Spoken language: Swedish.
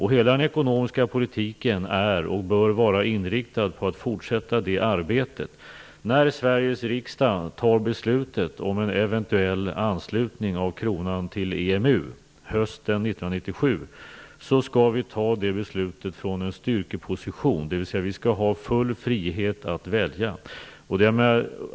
Hela den ekonomiska politiken är, och bör vara, inriktad på att fortsätta det arbetet. När Sveriges riksdag hösten 1997 fattar beslut om en eventuell anslutning av kronan till EMU, skall vi göra det utifrån en styrkeposition. Vi skall ha full frihet att välja.